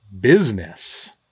business